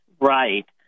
right